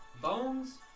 Bones